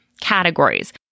categories